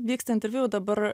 vyksta interviu jau dabar